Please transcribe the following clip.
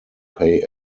pay